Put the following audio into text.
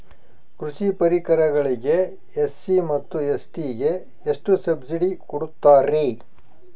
ಕೃಷಿ ಪರಿಕರಗಳಿಗೆ ಎಸ್.ಸಿ ಮತ್ತು ಎಸ್.ಟಿ ಗೆ ಎಷ್ಟು ಸಬ್ಸಿಡಿ ಕೊಡುತ್ತಾರ್ರಿ?